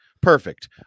perfect